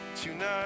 Tonight